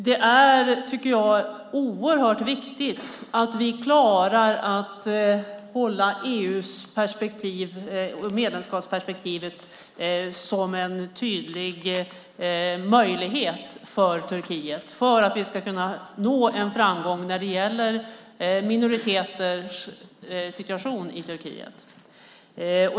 Det är oerhört viktigt att vi klarar att hålla medlemskapsperspektivet tydligt för Turkiet för att vi ska nå en framgång när det gäller minoriteters situation i Turkiet.